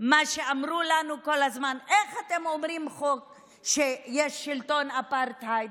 מה שאמרו לנו כל הזמן: איך אתם אומרים שיש שלטון אפרטהייד?